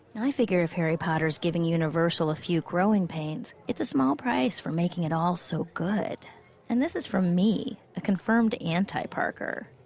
and i figure if harry potter is giving universal a few growing pains, it's a small price for making it all so good and this is from me, a confirmed anti-parker.